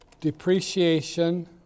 depreciation